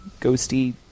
ghosty